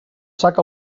sac